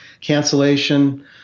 cancellation